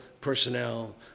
personnel